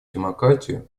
демократию